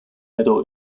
medal